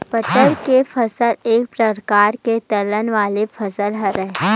बटरा के फसल एक परकार के दलहन वाले फसल हरय